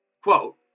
Quote